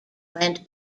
went